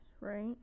Right